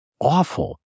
awful